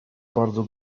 bardzo